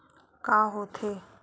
का होथे?